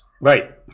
right